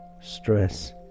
stress